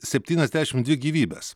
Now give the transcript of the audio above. septyniasdešim dvi gyvybes